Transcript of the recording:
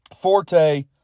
forte